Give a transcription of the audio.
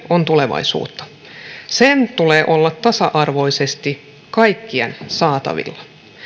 on tulevaisuutta sen tulee olla tasa arvoisesti kaikkien saatavilla